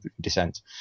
Descent